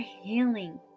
healing